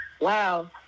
wow